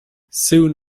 soon